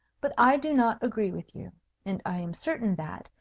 but i do not agree with you and i am certain that,